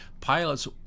Pilots